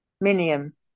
Minium